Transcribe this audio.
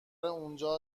اونجا